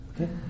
Okay